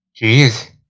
Jeez